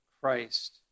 Christ